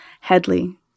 Headley